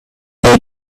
the